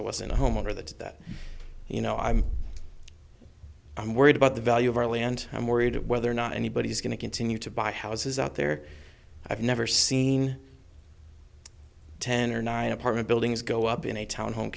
it was in a homeowner that that you know i'm i'm worried about the value of our land i'm worried that whether or not anybody's going to continue to buy houses out there i've never seen ten or nine apartment buildings go up in a townhome